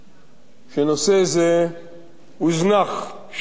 שנושא זה הוזנח שנים אחדות.